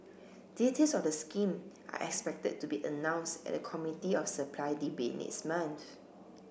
details of the scheme are expected to be announced at the Committee of Supply debate next month